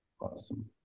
Awesome